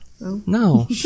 No